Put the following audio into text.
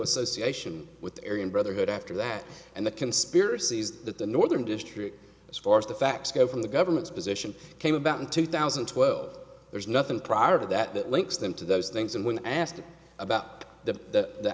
association with the area brotherhood after that and the conspiracies that the northern district as far as the facts go from the government's position came about in two thousand and twelve there's nothing prior to that that links them to those things and when asked about the